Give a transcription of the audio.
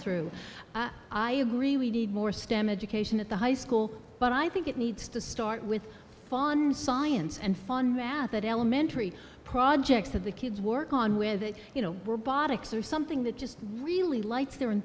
through i agree we need more stem education at the high school but i think it needs to start with fun science and fun math and elementary projects that the kids work on with it you know were bought ics are something that just really lights their